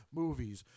movies